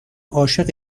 عاشق